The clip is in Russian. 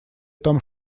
там